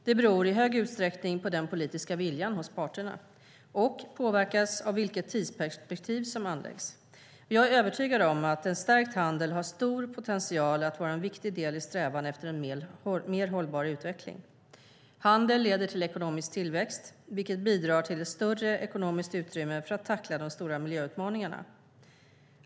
Det beror i hög utsträckning på den politiska viljan hos parterna och påverkas av vilket tidsperspektiv som anläggs. Jag är övertygad om att en stärkt handel har stor potential att vara en viktig del i strävan efter en mer hållbar utveckling. Handel leder till ekonomisk tillväxt, vilket bidrar till ett större ekonomiskt utrymme för att tackla de stora miljöutmaningarna.